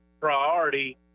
priority